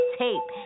tape